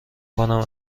کنم